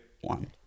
one